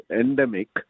endemic